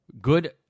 Good